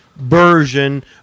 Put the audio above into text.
version